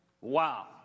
Wow